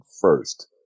first